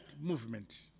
movement